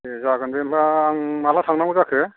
दे जागोन दे होनब्ला आं माब्ला थांनांगौ जाखो